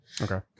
Okay